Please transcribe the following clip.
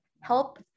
help